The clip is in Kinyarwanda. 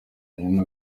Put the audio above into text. nyuma